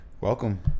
welcome